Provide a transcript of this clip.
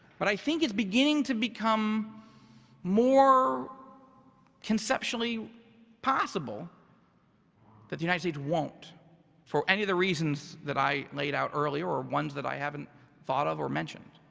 but i think it's beginning to become more conceptually possible that the united states won't for any of the reasons that i laid out earlier or ones that i haven't thought of or mentioned.